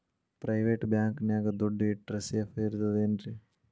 Private bank ನ್ಯಾಗ್ ದುಡ್ಡ ಇಟ್ರ ಸೇಫ್ ಇರ್ತದೇನ್ರಿ?